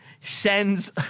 sends